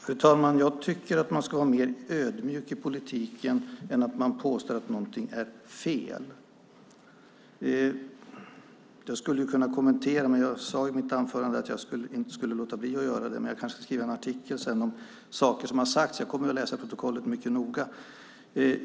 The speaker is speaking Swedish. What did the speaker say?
Fru talman! Jag tycker att man ska vara mer ödmjuk i politiken än att påstå att något är fel. Jag skulle kunna kommentera, men jag sade i mitt anförande att jag skulle låta bli det. Jag kanske skriver en artikel sedan om saker som har sagts. Jag kommer att läsa protokollet mycket noga.